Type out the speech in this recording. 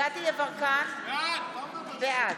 מה את מצביעה, בעד?